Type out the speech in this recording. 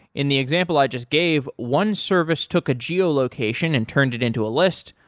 in the example i just gave, one service took a geolocation and turned it into a list.